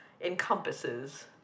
encompasses